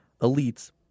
elites